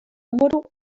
número